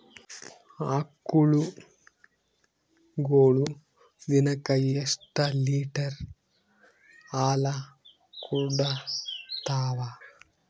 ಆಕಳುಗೊಳು ದಿನಕ್ಕ ಎಷ್ಟ ಲೀಟರ್ ಹಾಲ ಕುಡತಾವ?